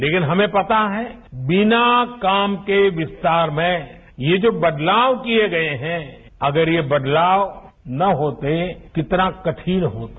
लेकिन हमें पता है बिना काम के विस्तार में ये जो बदलाव किए गए हैं अगर ये बदलाव न होते कितना कठिन होता